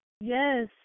Yes